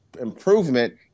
improvement